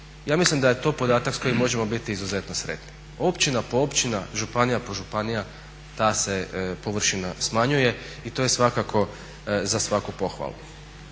Ja mislim da je to podatak s kojim možemo biti izuzetno sretni. Općina po općina, županija po županija ta se površina smanjuje i to je svakako za svaku pohvalu.